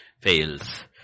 fails